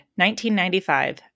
1995